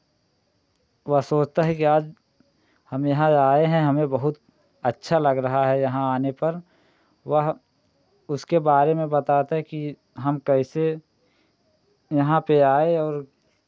वह सोचता है कि आज हम यहाँ आए हैं हमें बहुत अच्छा लग रहा है यहाँ आने पर वह उसके बारे में बताता है कि हम कैसे यहाँ पे आए और